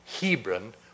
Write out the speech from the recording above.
Hebron